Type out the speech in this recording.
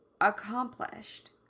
accomplished